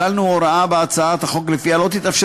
כללנו הוראה בהצעת החוק שלפיה לא תתאפשר